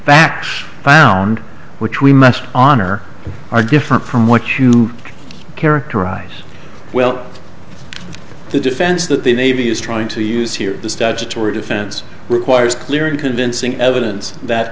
backlash found which we must honor are different from what you characterize well the defense that the navy is trying to use here the statutory defense requires clear and convincing evidence that